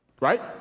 right